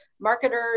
marketers